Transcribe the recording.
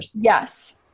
Yes